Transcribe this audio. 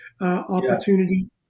opportunity